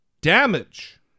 damage